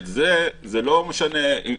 זה לא משנה,